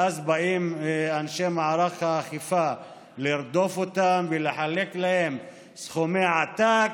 ואז באים אנשי מערך האכיפה לרדוף אותם ולחלק להם סכומי עתק.